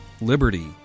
liberty